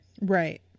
Right